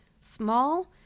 small